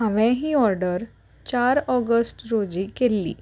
हांवें ही ऑर्डर चार ऑगस्ट रोजी केल्ली